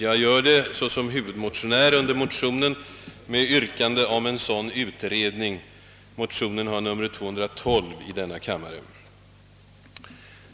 Jag har gjort det som huvudmotionär under motionen II: 212 med yrkande om en sådan utredning.